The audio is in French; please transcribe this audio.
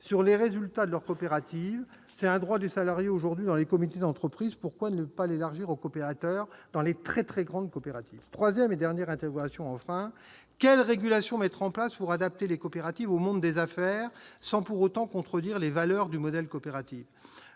sur les résultats de leur coopérative. C'est un droit des salariés aujourd'hui dans les comités d'entreprise. Pourquoi ne pas l'élargir aux coopérateurs dans les très grandes coopératives ? Troisième et dernière interrogation, quelle régulation mettre en place pour adapter les coopératives au monde des affaires sans pour autant contredire les valeurs du modèle coopératif ?